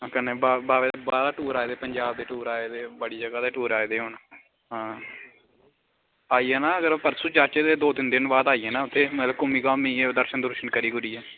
कन्नै बाबा दे टूर आये दे पंजाब दे टूर आये दे बड़ी जगह दे टूर आये दे हून आं आई जाना अगर परसों जाचै ते दौ तीन दिन बाद आई जाना ते घुम्मी घाम्मियै दर्शन करियै